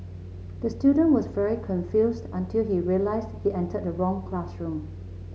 the student was very confused until he realised he entered the wrong classroom